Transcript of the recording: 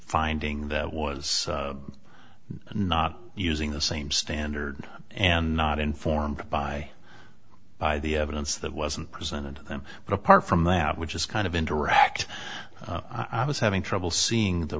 finding that was not using the same standard and not informed by by the evidence that wasn't presented to them but apart from that which is kind of interact i was having trouble seeing the